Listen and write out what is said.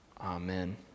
Amen